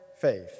faith